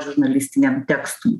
žurnalistiniam tekstui